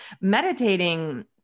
Meditating